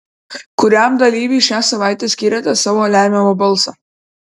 kuriam dalyviui šią savaitę skiriate savo lemiamą balsą